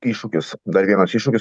iššūkis dar vienas iššūkis